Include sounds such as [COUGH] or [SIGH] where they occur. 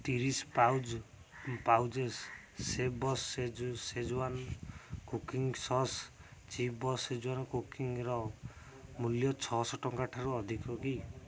ତିରିଶ pouch pouches shape bus ସେଜ Schezwan cooking sauce chip bus [UNINTELLIGIBLE] କୁକିଂର ମୂଲ୍ୟ ଛଅଶହ ଟଙ୍କା ଠାରୁ ଅଧିକ କି